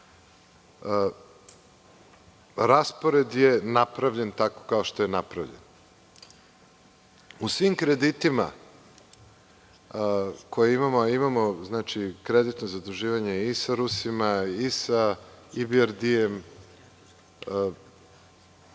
Raspored je napravljen tako kao što je napravljen. U svim kreditima koje imamo, a imamo kreditno zaduživanje i sa Rusima i sa EBRD,